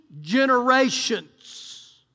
generations